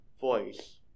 voice